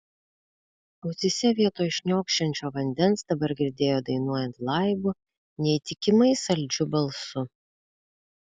ausyse vietoj šniokščiančio vandens dabar girdėjo dainuojant laibu neįtikimai saldžiu balsu